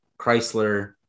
Chrysler